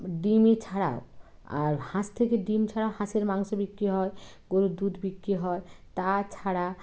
ডিমই ছাড়াও আর হাঁস থেকে ডিম ছাড়া হাঁসের মাংস বিক্রি হয় গরুর দুধ বিক্রি হয় তাছাড়া